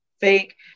fake